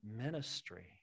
ministry